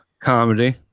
Comedy